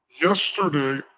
Yesterday